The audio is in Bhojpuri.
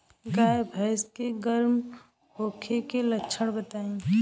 गाय भैंस के गर्म होखे के लक्षण बताई?